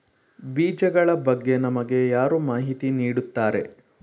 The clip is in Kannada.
ಬೀಜಗಳ ಬಗ್ಗೆ ನಮಗೆ ಯಾರು ಮಾಹಿತಿ ನೀಡುತ್ತಾರೆ?